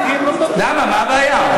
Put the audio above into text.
למה, מה הבעיה?